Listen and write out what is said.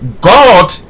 God